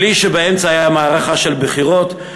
בלי שבאמצע הייתה מערכה של בחירות.